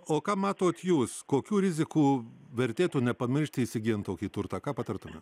o ką matot jūs kokių rizikų vertėtų nepamiršti įsigyjant tokį turtą ką patartumėt